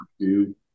two